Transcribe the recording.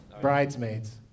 Bridesmaids